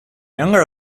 younger